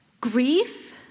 Grief